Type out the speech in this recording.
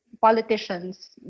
politicians